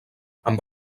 amb